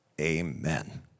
Amen